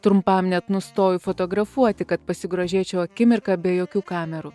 trumpam net nustoju fotografuoti kad pasigrožėčiau akimirka be jokių kamerų